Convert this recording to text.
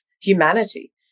humanity